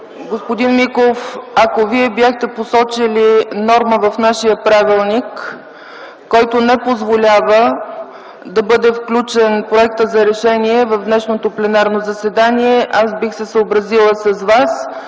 Господин Миков, ако Вие бяхте посочили норма в нашия правилник, която не позволява да бъде включен проектът за решение в днешното пленарно заседание, аз бих се съобразила с Вас.